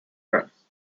friends